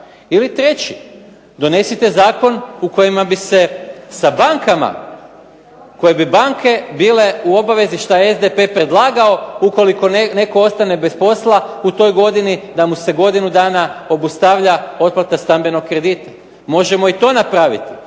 Ili treći. Donesite zakon u kojem bi se sa bankama, koje bi banke bile u obavezi šta je SDP predlagao ukoliko netko ostane bez posla u toj godini da mu se godinu dana obustavlja otplata stambenog kredita. Možemo i to napraviti.